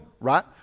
right